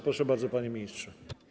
Proszę bardzo, panie ministrze.